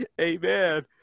amen